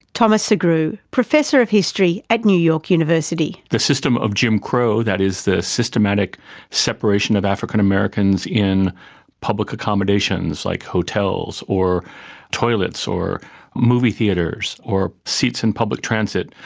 thomas sugrue, professor of history at new york university. this system of jim crow, that is the systematic separation of african americans in public accommodations like hotels or toilets or movie theatres or seats in public transit,